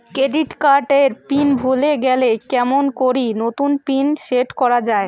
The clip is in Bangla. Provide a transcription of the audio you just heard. ক্রেডিট কার্ড এর পিন ভুলে গেলে কেমন করি নতুন পিন সেট করা য়ায়?